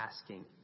asking